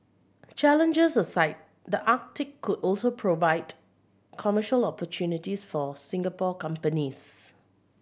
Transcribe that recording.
challenges aside the Arctic could also provide commercial opportunities for Singapore companies